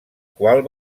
qual